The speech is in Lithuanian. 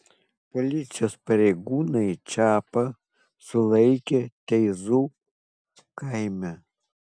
policijos pareigūnai čapą sulaikė teizų kaime